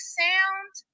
sound